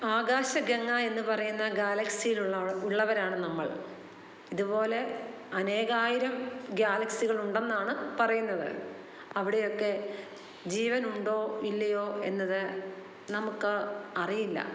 ആകാശഗംഗ എന്ന് പറയുന്ന ഗാലക്സിയിലുള്ള ഉള്ളവരാണ് നമ്മൾ ഇതുപോലെ അനേകായിരം ഗാലക്സികൾ ഉണ്ടെന്നാണ് പറയുന്നത് അവിടെയൊക്കെ ജീവനുണ്ടോ ഇല്ലയോ എന്നത് നമുക്ക് അറിയില്ല